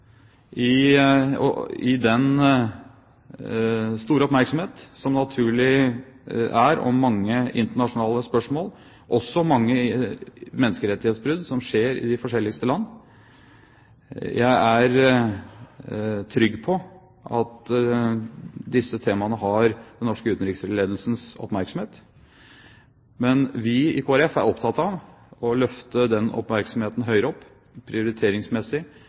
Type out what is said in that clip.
i den store oppmerksomhet som det naturlig er om mange internasjonale spørsmål, også mange menneskerettighetsbrudd som skjer i de forskjelligste land. Jeg er trygg på at disse temaene har den norske utenriksledelsens oppmerksomhet, men vi i Kristelig Folkeparti er opptatt av å løfte den oppmerksomheten høyere opp prioriteringsmessig